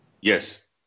Yes